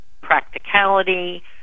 practicality